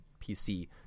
PC